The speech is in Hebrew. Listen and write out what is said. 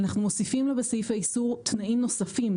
אנחנו מוסיפים לה בסעיפי איסור תנאים נוספים,